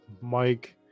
Mike